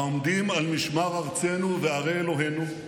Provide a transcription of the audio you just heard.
העומדים על משמר ארצנו וערי אלוהינו,